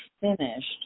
finished